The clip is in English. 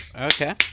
okay